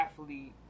athlete